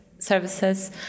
services